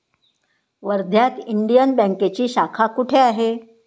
वर्ध्यात इंडियन बँकेची शाखा कुठे आहे?